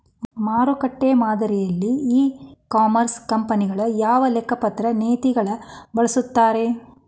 ಮಾರುಕಟ್ಟೆ ಮಾದರಿಯಲ್ಲಿ e commerce ಕಂಪನಿಗಳು ಯಾವ ಲೆಕ್ಕಪತ್ರ ನೇತಿಗಳನ್ನ ಬಳಸುತ್ತಾರಿ?